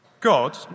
God